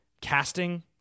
casting